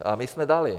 A my jsme dali.